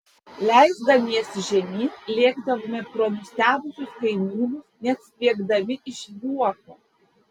leisdamiesi žemyn lėkdavome pro nustebusius kaimynus net spiegdami iš juoko